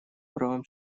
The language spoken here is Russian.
правам